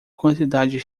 quantidade